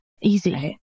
Easy